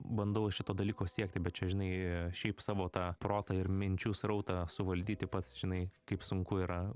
bandau šito dalyko siekti bet čia žinai šiaip savo tą protą ir minčių srautą suvaldyti pats žinai kaip sunku yra